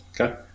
Okay